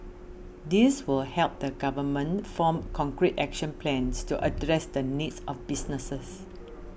this will help the government form concrete action plans to address the needs of businesses